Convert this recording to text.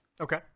okay